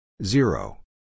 Zero